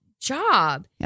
job